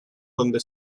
donde